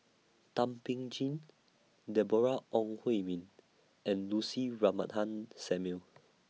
Thum Ping Tjin Deborah Ong Hui Min and Lucy Samuel